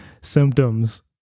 Symptoms